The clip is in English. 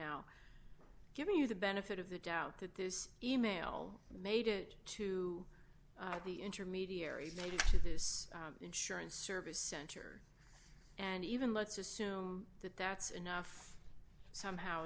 now giving you the benefit of the doubt that this e mail made it to the intermediaries maybe to this insurance service center and even let's assume that that's enough somehow